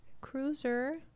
cruiser